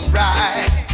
right